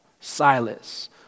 Silas